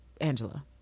Angela